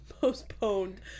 postponed